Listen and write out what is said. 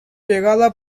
llegada